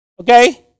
Okay